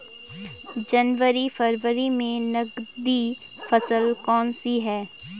जनवरी फरवरी में नकदी फसल कौनसी है?